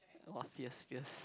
!wah! fierce fierce